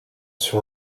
sur